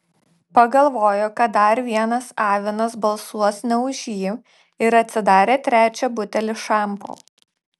pagalvojo kad dar vienas avinas balsuos ne už jį ir atsidarė trečią butelį šampo